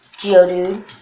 Geodude